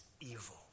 evil